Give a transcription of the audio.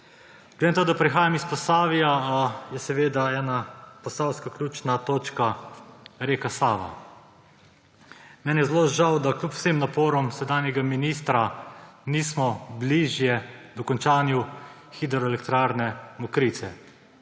Glede na to, da prihajam iz Posavja, je seveda ena posavska ključna točka reka Sava. Meni je žal, da kljub vsem naporom sedanjega ministra nismo bližje dokončanju hidroelektrarne Mokrice.